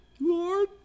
lord